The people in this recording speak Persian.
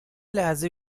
لحظه